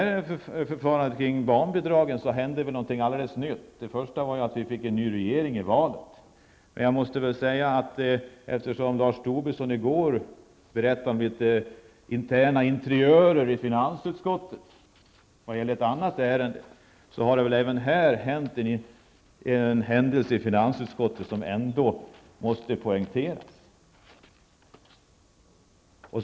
I förfarandet kring barnbidragen hände någonting alldeles nytt. Det första var att vi fick en ny regering i valet, men eftersom Lars Tobisson i går berättade i debatten om interna interiörer i finansutskottet om ett annat ärende, kan man anta att något har hänt något i finansutskottet som måste poängteras.